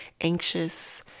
anxious